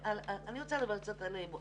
אני רוצה לדבר על אלימות.